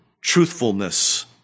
truthfulness